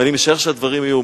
ואני משער שהדברים יהיו.